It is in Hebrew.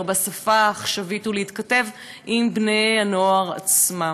בשפה העכשווית ולהתכתב עם בני-הנוער עצמם.